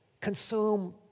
consume